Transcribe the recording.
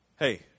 Hey